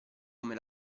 come